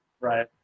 Right